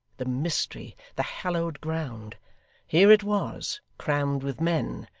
the mystery, the hallowed ground here it was, crammed with men,